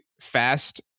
fast